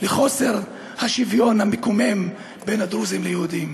לחוסר השוויון המקומם בין הדרוזים ליהודים.